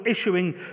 issuing